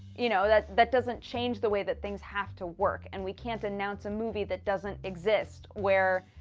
you know, that. that doesn't change the way that things have to work, and we can't announce a movie that doesn't exist where,